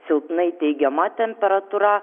silpnai teigiama temperatūra